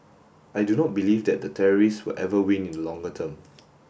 I do not believe that the terrorists will ever win in the longer term